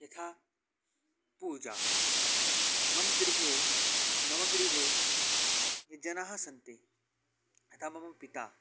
यथा पूजा मम गृहे मम गृहे ये जनाः सन्ति यथा मम पिता